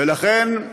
ולכן,